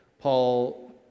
Paul